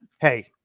hey